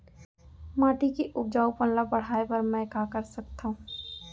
माटी के उपजाऊपन ल बढ़ाय बर मैं का कर सकथव?